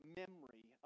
memory